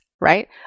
right